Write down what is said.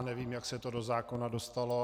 Nevím, jak se to do zákona dostalo.